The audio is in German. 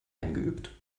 eingeübt